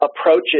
approaches